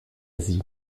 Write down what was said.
sie